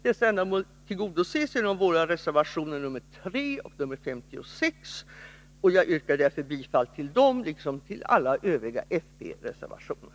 Dessa ändamål tillgodoses genom våra reservationer nr 3 och 56, och jag yrkar därför bifall till dem liksom till alla övriga fp-reservationer.